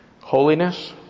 Holiness